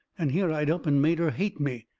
and here i'd up and made her hate me.